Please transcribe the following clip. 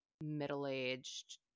middle-aged